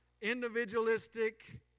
individualistic